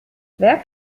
wer